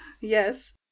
yes